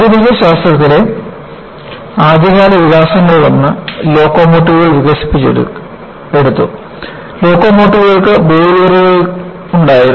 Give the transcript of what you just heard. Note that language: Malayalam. ആധുനിക ശാസ്ത്രത്തിലെ ആദ്യകാല വികാസങ്ങളിലൊന്ന് ലോക്കോമോട്ടീവുകൾ വികസിപ്പിച്ചെടുത്തു ലോക്കോമോട്ടീവുകൾക്ക് ബോയിലറുകളും ഉണ്ടായിരുന്നു